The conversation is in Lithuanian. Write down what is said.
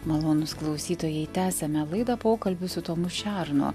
malonūs klausytojai tęsiame laidą pokalbis su tomu šernu